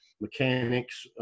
mechanics